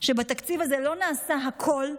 שבתקציב הזה לא נעשה הכול,